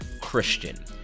Christian